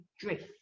drift